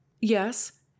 yes